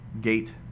gate